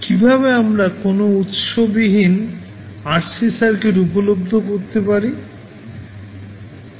কীভাবে আমরা কোনও উৎস বিহীনRC সার্কিট উপলব্ধি করতে পারি